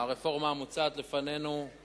הרפורמה המוצעת לפנינו היא